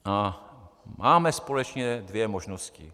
A máme společně dvě možnosti.